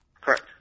correct